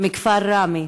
מכפר ראמה,